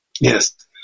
Yes